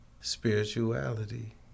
spirituality